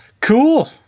cool